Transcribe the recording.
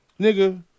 Nigga